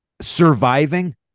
surviving